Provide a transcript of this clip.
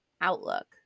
outlook